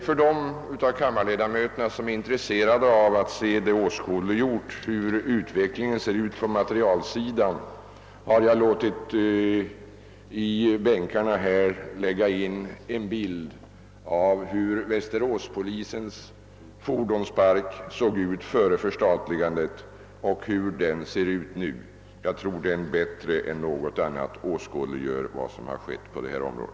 För dem av kammarledamöterna som är intresserade av att få åskådliggjort hur utvecklingen ter sig på materialsidan har jag låtit i bänkarna dela ut en broschyr med en bild av hur västeråspolisens fordonspark såg ut före förstatligandet och hur den ser ut nu. Jag tror att den bilden bättre än något annat visar vad som skett på detta område.